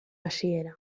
hasiera